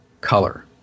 color